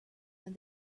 when